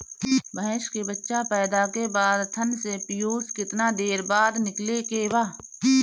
भैंस के बच्चा पैदा के बाद थन से पियूष कितना देर बाद निकले के बा?